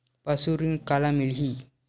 पशु ऋण काला मिलही?